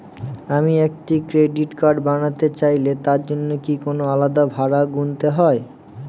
আমি একটি credit card বানাতে চাইলে তার জন্য কি কোনো আলাদা ভাড়া গুনতে হবে?